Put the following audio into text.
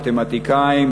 מתמטיקאים,